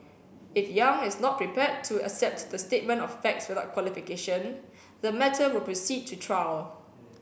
if Yang is not prepared to accept the statement of facts without qualification the matter will proceed to trial